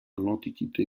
l’antiquité